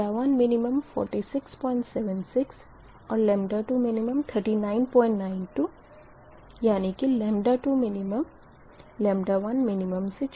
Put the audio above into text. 1min4676 और 2min3992 यानी कि 2min1min